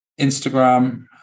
Instagram